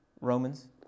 Romans